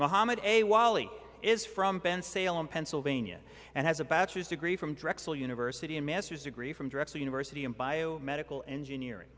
ali is from bensalem pennsylvania and has a bachelor's degree from drexel university a master's degree from drexel university in biomedical engineering